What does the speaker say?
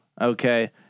Okay